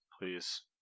Please